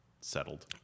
settled